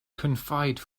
confide